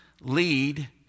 lead